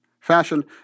fashion